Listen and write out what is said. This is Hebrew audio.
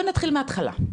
בוא נתחיל מהתחלה,